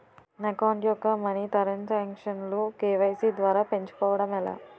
నా అకౌంట్ యెక్క మనీ తరణ్ సాంక్షన్ లు కే.వై.సీ ద్వారా పెంచుకోవడం ఎలా?